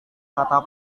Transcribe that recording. kata